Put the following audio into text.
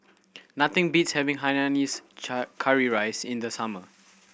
nothing beats having hainanese curry rice in the summer